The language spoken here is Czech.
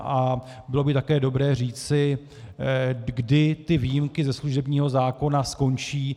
A bylo by také dobré říci, kdy výjimky ze služebního zákona skončí.